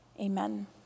Amen